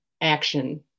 action